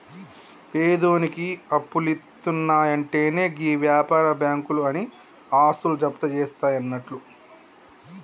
పేదోనికి అప్పులిత్తున్నయంటెనే గీ వ్యాపార బాకుంలు ఆని ఆస్తులు జప్తుజేస్తయన్నట్లు